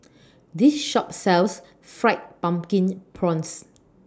This Shop sells Fried Pumpkin Prawns